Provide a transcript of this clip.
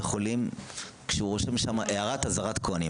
החולים כשהוא רושם שם הערת אזהרת כוהנים.